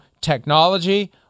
technology